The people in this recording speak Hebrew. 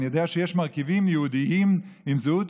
אני יודע שיש מרכיבים יהודיים עם זהות